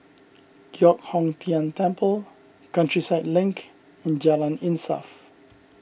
Giok Hong Tian Temple Countryside Link and Jalan Insaf